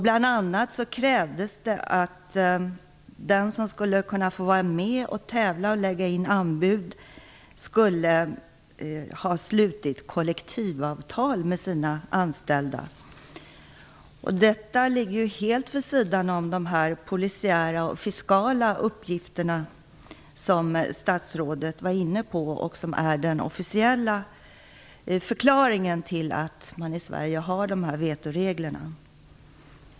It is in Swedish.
Bl.a. krävdes det att den som skulle kunna få vara med och tävla och lägga in anbud skulle ha slutit kollektivavtal med sina anställda. Detta ligger helt vid sidan om de polisiära och fiskala uppgifterna, som statsrådet var inne på och som är den officiella förklaringen till att man i Sverige har de här vetoreglerna.